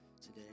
today